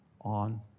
on